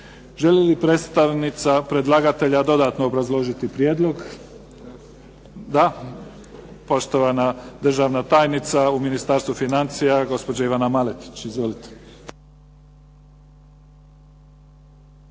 Želi li predstavnica predlagatelja dodatno obrazložiti prijedlog? Da. Poštovana državna tajnica u Ministarstvu financija gospođa Ivana Maletić. Izvolite.